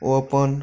ओ अपन